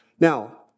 Now